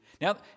now